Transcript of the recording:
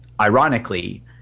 ironically